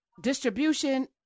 distribution